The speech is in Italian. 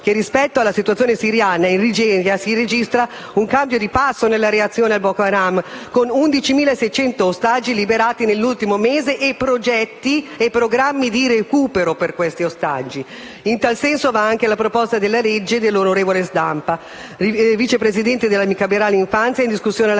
che, rispetto alla situazione siriana, in Nigeria si registra un cambio di passo nella reazione a Boko Haram con 11.600 ostaggi liberati nell'ultimo mese e programmi di recupero per questi ostaggi. In tal senso va anche la proposta di legge dell'onorevole Sandra Zampa, Vice Presidente della Commissione